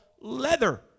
leather